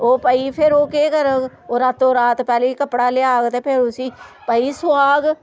ओह् भाई फिर ओह् केह् करग ओह् रातों रात पैह्लें कपड़ा लेआग ते फिर उस्सी भाई सलाग